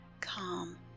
calm